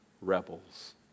rebels